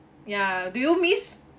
yeah do you miss